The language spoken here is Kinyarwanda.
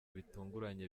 bitunguranye